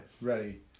ready